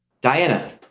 Diana